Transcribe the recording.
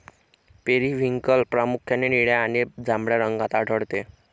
periwinkle प्रामुख्याने निळ्या आणि जांभळ्या रंगात आढळते